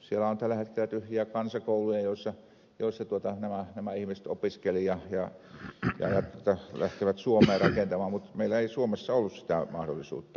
siellä on tällä hetkellä tyhjiä kansakouluja joissa nämä ihmiset opiskelivat ja joista lähtivät suomea rakentamaan mutta meillä ei ollut suomessa sitä mahdollisuutta